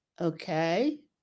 Okay